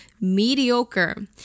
mediocre